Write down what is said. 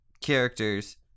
characters